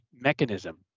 mechanism